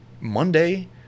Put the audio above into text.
Monday